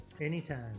anytime